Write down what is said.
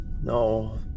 No